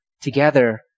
together